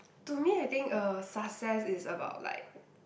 to me I think uh success is about like